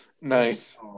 nice